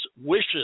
wishes